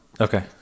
Okay